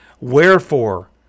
Wherefore